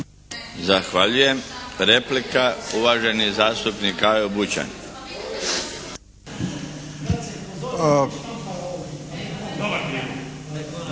Zahvaljujem. Replika, uvaženi zastupnik Kajo Bućan.